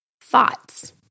thoughts